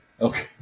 Okay